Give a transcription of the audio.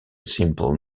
simple